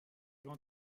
grand